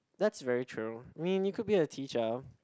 that's very true mean you could be a teacher